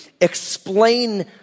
explain